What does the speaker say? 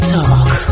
talk